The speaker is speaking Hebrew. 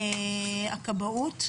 הכבאות,